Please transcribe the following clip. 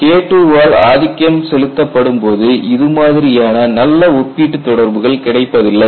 K II ஆல் ஆதிக்கம் செலுத்தப்படும் போது இது மாதிரியான நல்ல ஒப்பீட்டு தொடர்புகள் கிடைப்பதில்லை